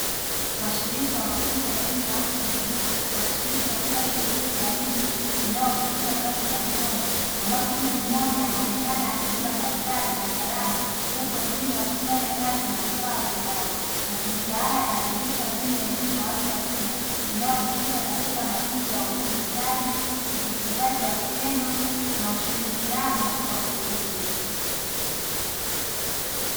Washiriki wa mafunzo ya elimu ya watu wazima wakishiriki katika shughuli ya nje inayohusisha kazi za mikono, ambapo mtu mmoja anaonekana akibeba daftari na kalamu, huku wengine wakifanya kazi na vifaa vya mbao mazingira haya yanadhihirisha mbinu ya elimu ya watu wazima inayojikita katika mafunzo ya ufundi stadi ujifunzaji wa vitendo na ushirikiano kwa vikundi.